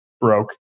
broke